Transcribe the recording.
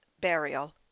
Burial